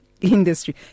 Industry